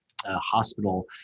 hospital